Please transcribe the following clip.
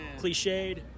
cliched